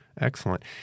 Excellent